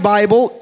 Bible